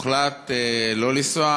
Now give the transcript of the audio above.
הוחלט שהוא לא ייסע.